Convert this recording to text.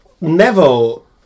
Neville